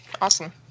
Awesome